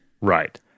Right